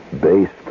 based